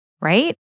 right